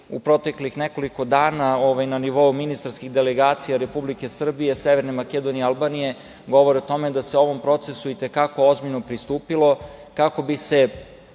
u proteklih nekoliko dana na nivou ministarskih delegacija Republike Srbije, Severne Makedonije i Albanije govore o tome da se ovom procesu i te kako ozbiljno pristupilo kako bi se